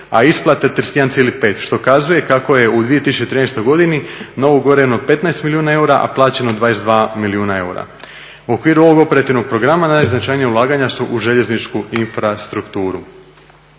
a isplate 31,5 što ukazuje kako je u 2013. godini novougovoreno 15 milijuna eura, a plaćeno 22 milijuna eura. U okviru ovog operativnog programa najznačajnija ulaganja su u željezničku infrastrukturu.